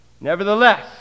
Nevertheless